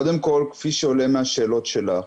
קודם כל כפי שעולה מהשאלות שלך,